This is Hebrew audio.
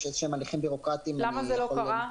איזה שהם הליכים בירוקרטיים -- למה זה לא קרה?